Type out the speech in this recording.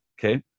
okay